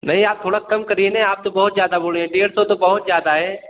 नहीं आप थोड़ा काम करिए ना आप तो बहुत ज़्यादा बोल रहे हैं डेढ़ सौ तो बहुत ज़्यादा है